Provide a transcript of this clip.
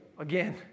again